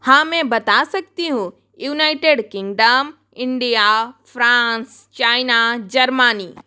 हाँ मैं बता सकती हूँ United Kingdom India France China Germany